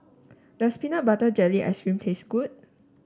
does Peanut Butter Jelly Ice cream taste good